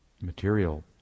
material